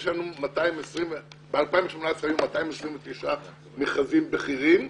ב-2018 היו 229 מכרזים לבכירים.